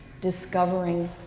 Discovering